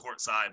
courtside